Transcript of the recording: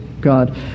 God